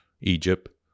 Egypt